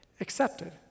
accepted